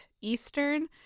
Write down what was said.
Eastern